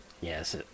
Yes